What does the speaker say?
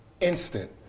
instant